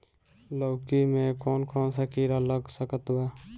लौकी मे कौन कौन सा कीड़ा लग सकता बा?